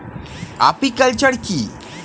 Apiculture কি?